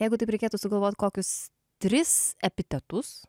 jeigu taip reikėtų sugalvot kokius tris epitetus